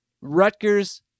Rutgers